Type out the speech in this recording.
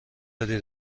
داری